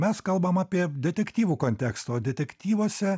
mes kalbam apie detektyvų kontekstą o detektyvuose